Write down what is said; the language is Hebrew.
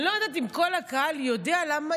אני לא יודעת אם כל הקהל יודע למה